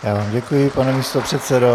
Já děkuji, pane místopředsedo.